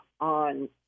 on